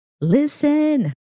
Listen